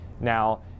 Now